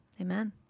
amen